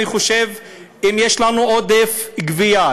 אני חושב שאם יש לנו עודף גבייה,